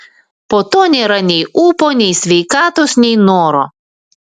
po to nėra nei ūpo nei sveikatos nei noro